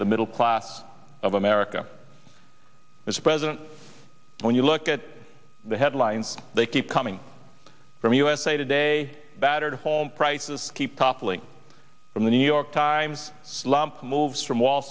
the middle class of america its president and when you look at the headlines they keep coming from usa today battered home prices keep toppling from the new york times slump moves from wall